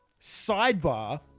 Sidebar